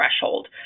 threshold